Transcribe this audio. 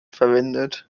verwendet